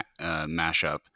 mashup